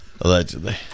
Allegedly